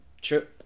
sure